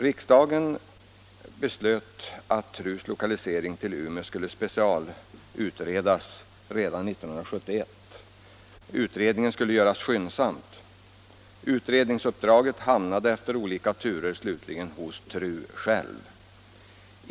Riksdagen beslöt redan 1971 att frågan om TRU:s lokalisering till Umeå skulle specialutredas. Utredningen skulle göras skyndsamt. Efter olika turer hamnade utredningsuppdraget slutligen hos TRU.